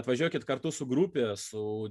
atvažiuokit kartu su grupe su